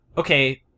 Okay